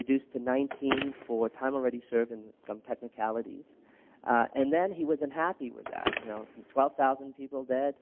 reduced to nineteen for time already served and some technacalities and then he wasn't happy with that, you know twelve thousand people dead,